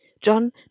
John